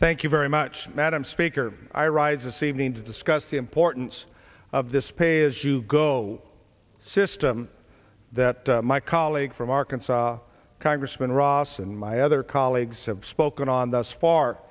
thank you very much madam speaker i rise of seeming to discuss the importance of this pay as you go system that my colleague from arkansas congressman ross and my other colleagues have spoken on thus far